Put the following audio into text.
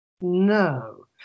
No